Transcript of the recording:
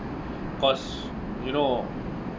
of course you know